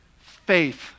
Faith